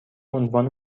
عنوان